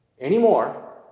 anymore